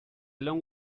long